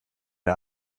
der